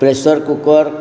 pressure cooker